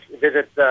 visit